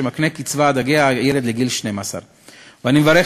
שמקנה קצבה עד הגיע הילד לגיל 12. אני מברך